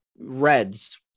Reds